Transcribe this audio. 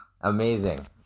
Amazing